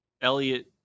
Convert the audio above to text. Elliot